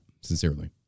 sincerely